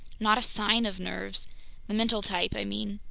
not a sign of nerves the mental type, i mean.